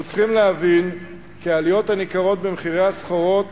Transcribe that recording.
אנחנו צריכים להבין כי העליות הניכרות במחירי הסחורות